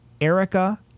erica